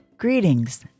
Greetings